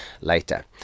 later